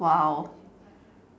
!wow!